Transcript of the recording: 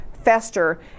Fester